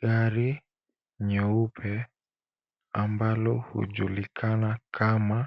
Gari nyeupe ambalo hukulikana kama